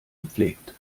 gepflegt